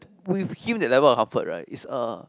we feel the level of comfort right is a